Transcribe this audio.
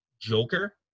joker